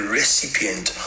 recipient